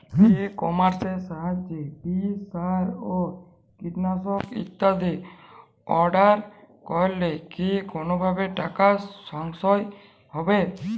ই কমার্সের সাহায্যে বীজ সার ও কীটনাশক ইত্যাদি অর্ডার করলে কি কোনোভাবে টাকার সাশ্রয় হবে?